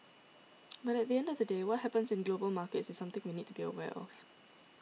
but at the end of the day what happens in global markets is something we need to be aware of